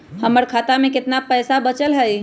हमर खाता में केतना पैसा बचल हई?